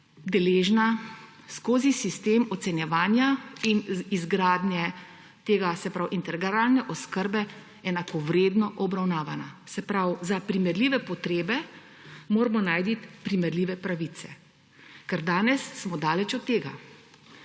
skozi sistem ocenjevanja in izgradnje integralne oskrbe enakovredne obravnave. Za primerljive potrebe moramo najti primerljive pravice, ker danes smo daleč od tega.